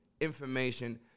information